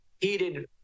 heated